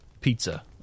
pizza